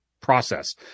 process